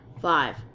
five